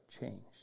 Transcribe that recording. changed